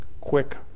quick